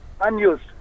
unused